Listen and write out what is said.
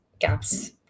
gaps